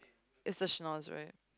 is the snores right